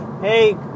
hey